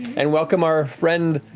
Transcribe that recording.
and welcome our friend,